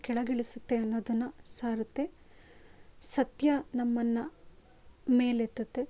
ಕೆಳಗಿಳಿಸುತ್ತೆ ಅನ್ನೋದನ್ನ ಸಾರುತ್ತೆ ಸತ್ಯ ನಮ್ಮನ್ನು ಮೇಲೆತ್ತುತ್ತೆ